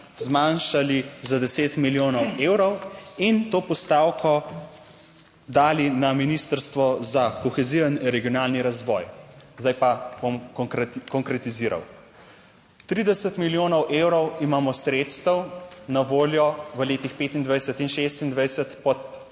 zmanjšali za deset milijonov evrov in to postavko dali na Ministrstvo za kohezijo in regionalni razvoj. Zdaj pa bom konkretiziral. 30 milijonov evrov imamo sredstev na voljo v letih 25 in 26 pod